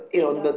take the